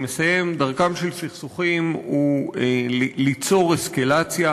היא ליצור אסקלציה,